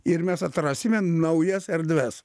ir mes atrasime naujas erdves